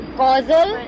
causal